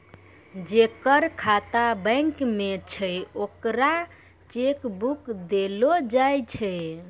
जेकर खाता बैंक मे छै ओकरा चेक बुक देलो जाय छै